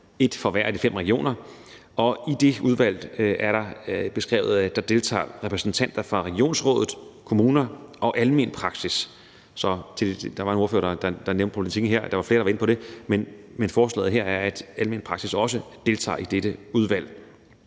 ét for hver af de fem regioner. Og der er det beskrevet, at i det udvalg deltager repræsentanter fra regionsrådet, kommuner og almen praksis. Der var en ordfører, der nævnte problematikken her, og der var flere, der var inde på det, men forslaget her er, at repræsentanter for almen praksis også deltager i dette udvalg,